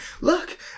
look